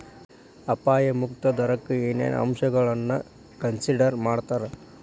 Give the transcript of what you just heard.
ಅಪಾಯ ಮುಕ್ತ ದರಕ್ಕ ಏನೇನ್ ಅಂಶಗಳನ್ನ ಕನ್ಸಿಡರ್ ಮಾಡ್ತಾರಾ